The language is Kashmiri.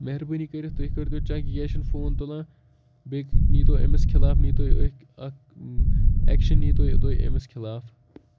مہربٲنی کٔرِتھ تُہۍ کٔرۍ تو چَک یہِ کیٛازِ چھِنہٕ فون تُلان بیٚیہِ نیٖتو أمِس خِلاف نیٖتو أکھۍ اَکھ اٮ۪کشَن نیٖتو تُہۍ أمِس خِلاف